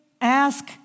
Ask